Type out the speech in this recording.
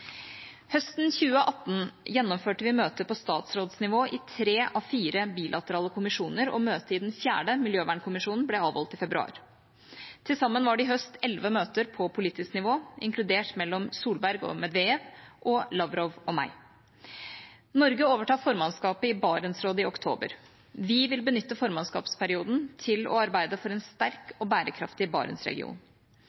Høsten 2018 gjennomførte vi møter på statsrådsnivå i tre av fire bilaterale kommisjoner, og møtet i den fjerde – miljøvernkommisjonen – ble avholdt i februar. Til sammen var det i høst elleve møter på politisk nivå, inkludert mellom Solberg og Medvedev og mellom Lavrov og meg. Norge overtar formannskapet i Barentsrådet i oktober. Vi vil benytte formannskapsperioden til å arbeide for en sterk